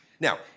Now